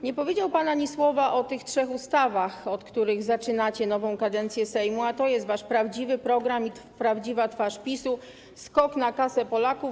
Nie powiedział pan ani słowa o tych trzech ustawach, od których zaczynacie nową kadencję Sejmu, a to jest wasz prawdziwy program i prawdziwa twarz PiS-u - skok na kasę Polaków.